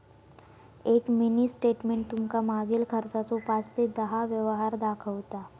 एक mini statement तुमका मागील खर्चाचो पाच ते दहा व्यवहार दाखवता